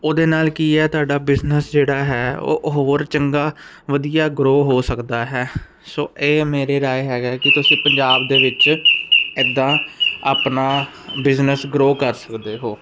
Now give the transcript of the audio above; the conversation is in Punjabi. ਉਹਦੇ ਨਾਲ ਕੀ ਹੈ ਤੁਹਾਡਾ ਬਿਜ਼ਨਸ ਜਿਹੜਾ ਹੈ ਉਹ ਹੋਰ ਚੰਗਾ ਵਧੀਆ ਗਰੋ ਹੋ ਸਕਦਾ ਹੈ ਸੋ ਇਹ ਮੇਰੇ ਰਾਏ ਹੈਗਾ ਕਿ ਤੁਸੀਂ ਪੰਜਾਬ ਦੇ ਵਿੱਚ ਇੱਦਾਂ ਆਪਣਾ ਬਿਜ਼ਨਸ ਗਰੋ ਕਰ ਸਕਦੇ ਹੋ